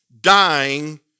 dying